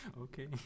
Okay